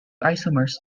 isomers